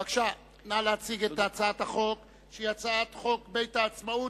בבקשה, נא להציג את הצעת החוק בית העצמאות,